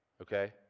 Okay